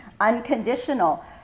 unconditional